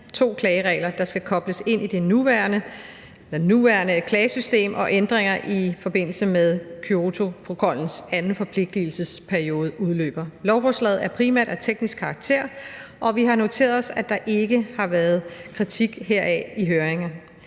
to klageregler, der skal kobles ind i det nuværende klagesystem, og ændringer i forbindelse med at Kyotoprotokollens anden forpligtigelsesperiode udløber. Lovforslaget er primært af teknisk karakter, og vi har noteret os, at der ikke har været kritik heraf i høringen.